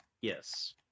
Yes